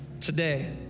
Today